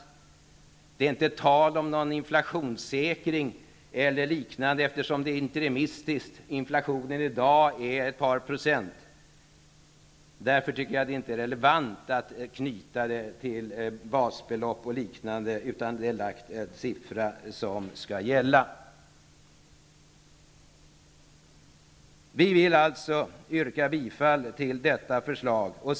Det är inte tal om en inflationssäkring e.d., eftersom förslaget är interimistiskt. Inflationen i dag ligger på ett par procent. Därför tycker jag inte att det är relevant att knyta detta till basbelopp o.d., utan det är en viss siffra som skall gälla. Vi yrkar bifall till det aktuella förslaget.